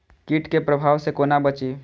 कीट के प्रभाव से कोना बचीं?